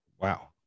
Wow